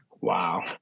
Wow